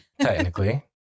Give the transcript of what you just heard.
Technically